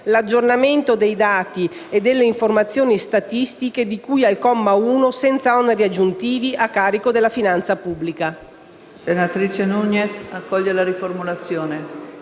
l'aggiornamento dei dati e delle informazioni statistiche di cui al comma 1, senza oneri aggiuntivi a carico della finanza pubblica». PRESIDENTE. Senatrice Nugnes, accoglie la riformulazione?